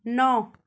नौ